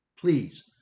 Please